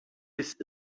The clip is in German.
bis